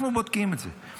אנחנו בודקים את זה.